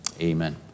Amen